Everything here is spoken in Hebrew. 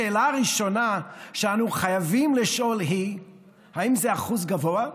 השאלה הראשונה שאנו חייבים לשאול היא האם זה אחוז גבוה.